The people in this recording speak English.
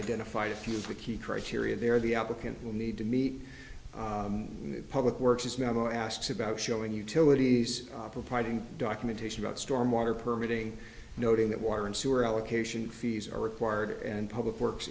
identified a few of the key criteria there the applicant will need to meet in public works as memo asks about showing utilities are providing documentation about stormwater permitting noting that water and sewer allocation fees are required and public works